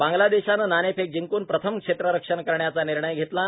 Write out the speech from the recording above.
बांग्लादेशाने नाणेफेक जिंकूण प्रथम क्षेत्ररक्षण करण्याचा निर्णय घेतला आहे